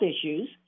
issues